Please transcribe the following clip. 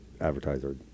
advertiser